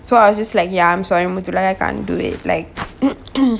so I was just like ya I'm sorry muthu I can't do it like